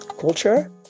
culture